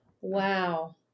wow